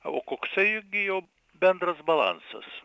o koksai gi jo bendras balansas